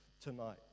tonight